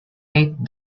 eight